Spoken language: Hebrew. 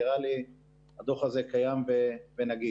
נראה לי שהדוח הזה קיים ונגיש.